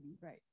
right